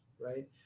right